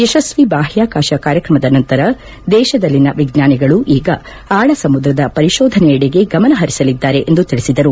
ಯಶನ್ನಿ ಬಾಹ್ವಾಕಾಶ ಕಾಯ್ಲಕಮದ ನಂತರ ದೇಶದಲ್ಲಿನ ವಿಜ್ಞಾನಿಗಳು ಈಗ ಆಳಸಮುದ್ರದ ಪರಿಶೋಧನೆಯಡೆಗೆ ಗಮನ ಪರಿಸಲಿದ್ದಾರೆ ಎಂದು ತಿಳಿಸಿದರು